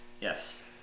Yes